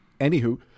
Anywho